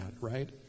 right